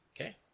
Okay